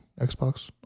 xbox